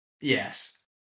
Yes